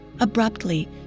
Abruptly